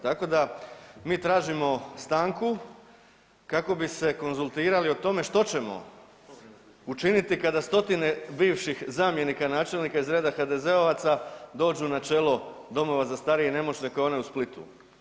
Tako da mi tražimo stanku kako bi se konzultirali o tome što ćemo učiniti kada stotine bivših zamjenika načelnika iz reda HDZ-ovaca dođu na čelo domova za starije i nemoćne kao onaj u Splitu.